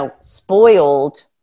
spoiled